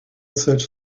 such